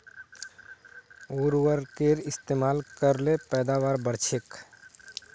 उर्वरकेर इस्तेमाल कर ल पैदावार बढ़छेक